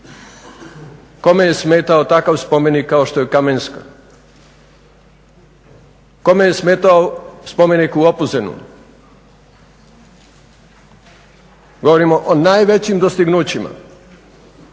Kome je smetao takav spomenik kao što je kamen, kome je smetao spomenik u Opuzenu. Govorimo o najvećim dostignućima